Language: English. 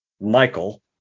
Michael